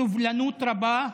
סובלנות רבה,